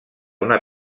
una